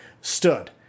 stood